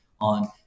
on